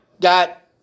got